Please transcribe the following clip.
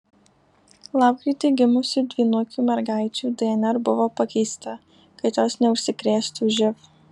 lapkritį gimusių dvynukių mergaičių dnr buvo pakeista kad jos neužsikrėstų živ